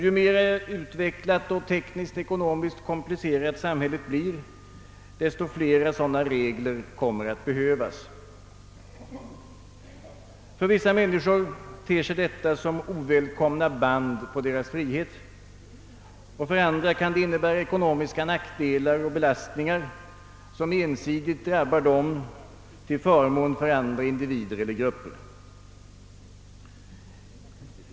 Ju mera utvecklat och tekniskt-ekonomiskt komplicerat samhället blir, desto fler sådana regler kommer att behövas. För vissa människor ter sig detta som ovälkomna band på deras frihet. För andra kan det innebära ekonomiska nackdelar och belastningar, som ensidigt drabbar dem till förmån för andra individer eller grupper.